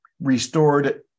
restored